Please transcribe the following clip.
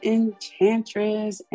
Enchantress